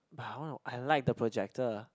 but I want to I like the Projector